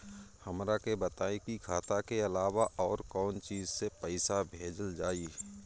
हमरा के बताई की खाता के अलावा और कौन चीज से पइसा भेजल जाई?